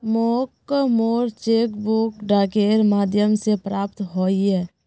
मोक मोर cheque book डाकेर माध्यम से प्राप्त होइए